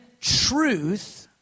truth